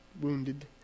wounded